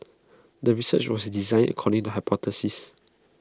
the research was designed according to hypothesis